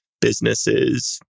Businesses